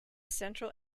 central